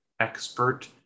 expert